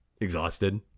exhausted